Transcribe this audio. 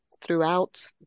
throughout